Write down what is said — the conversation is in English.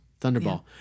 Thunderball